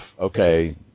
okay